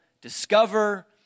discover